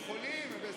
יכולים.